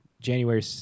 January